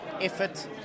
effort